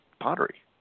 pottery